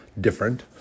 different